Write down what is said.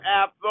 app